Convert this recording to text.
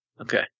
Okay